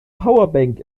powerbank